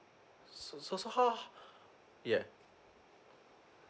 so so how yeah